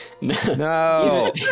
No